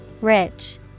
rich